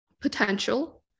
potential